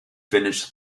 finished